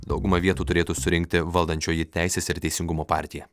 daugumą vietų turėtų surinkti valdančioji teisės ir teisingumo partija